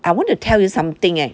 I want to tell you something eh